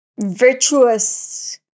virtuous